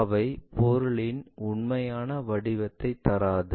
அவை பொருளின் உண்மையான வடிவத்தை தராது